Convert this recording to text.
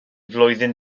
flwyddyn